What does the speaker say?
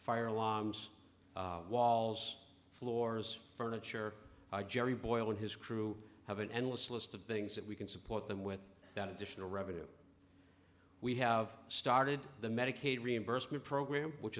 fire alarms walls floors furniture gerry boyle and his crew have an endless list of things that we can support them with that additional revenue we have started the medicaid reimbursement program which